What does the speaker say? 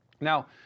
Now